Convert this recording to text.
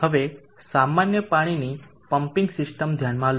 હવે સામાન્ય પાણીની પમ્પિંગ સિસ્ટમ ધ્યાનમાં લો